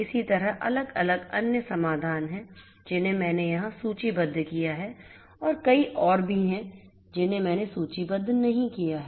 इसी तरह अलग अलग अन्य समाधान हैं जिन्हें मैंने यहां सूचीबद्ध किया है और कई और भी हैं जिन्हें मैंने सूचीबद्ध नहीं किया है